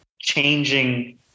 changing